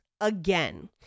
again